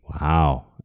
Wow